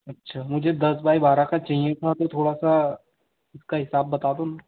अच्छा मुझे दस बाय बारह का चाहिए था तो थोड़ा सा उसका हिसाब बता दो न